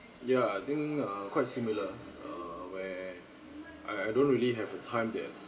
ya I think uh quite similar err where I I don't really have a time that